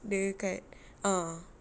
dekat ah